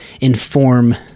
inform